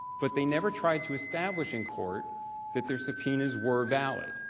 but they never tried to establish in court that the subpoenas were valid.